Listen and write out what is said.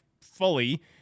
fully